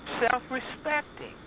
self-respecting